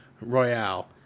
Royale